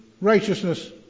Righteousness